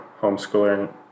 homeschooler